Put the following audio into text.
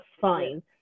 fine